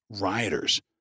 rioters